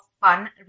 fun